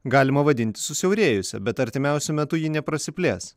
galima vadinti susiaurėjusia bet artimiausiu metu ji neprasiplės